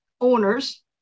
owners